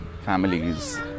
families